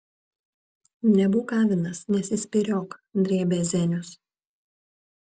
nebūk avinas nesispyriok drėbė zenius